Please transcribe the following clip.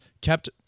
kept